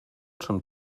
czym